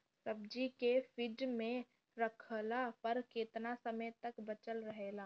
सब्जी के फिज में रखला पर केतना समय तक बचल रहेला?